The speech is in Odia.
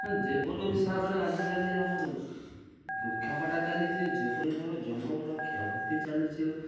ଯେପରି ହିସାବରେ ଆଜିକାଲି ଆମର ବୃକ୍ଷ କଟା ଚାଲିଛେ ଯେପରି ହିସାବରେ ଜଙ୍ଗଲର କ୍ଷୟକ୍ଷତି ଚାଲିଛେ